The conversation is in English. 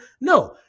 No